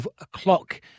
o'clock